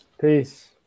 Peace